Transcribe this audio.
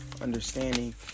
understanding